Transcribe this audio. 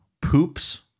Poops